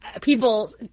people